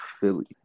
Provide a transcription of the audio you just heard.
philly